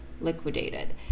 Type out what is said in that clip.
Liquidated